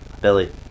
Billy